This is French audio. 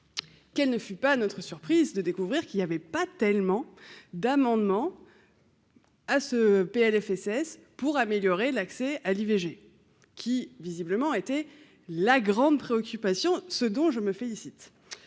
quelle ne fut pas notre surprise de découvrir qu'il avait pas tellement d'amendements. Ah ce PLFSS pour améliorer l'accès à l'IVG qui visiblement a été la grande préoccupation, ce dont je me félicite